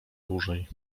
dłużej